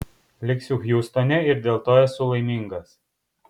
liksiu hjustone ir dėl to esu laimingas